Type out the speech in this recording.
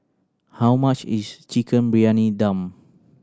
how much is Chicken Briyani Dum